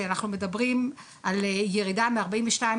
שאנחנו מדברים על ירידה מארבעים ושניים